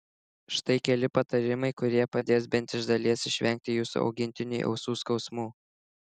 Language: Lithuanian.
štai keli patarimai kurie padės bent iš dalies išvengti jūsų augintiniui ausų skausmų